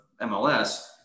MLS